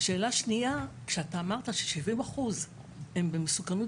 שאלה שנייה כשאתה אמרת ש-70% הם במסוכנות